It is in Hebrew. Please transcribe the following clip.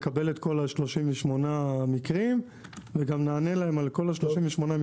לקבל את כל 38 המקרים וגם נענה להם על כל 38 המקרים.